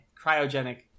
cryogenic